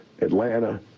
Atlanta